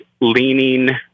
leaning